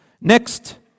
Next